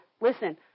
Listen